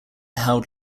held